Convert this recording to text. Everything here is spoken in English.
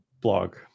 blog